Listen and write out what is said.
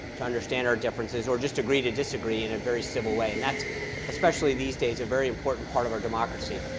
to understand our differences, or just agree to disagree in a very civil way. and that's especially especially these days a very important part of our democracy.